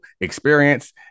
experience